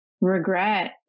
regret